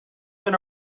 been